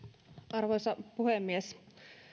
arvoisa puhemies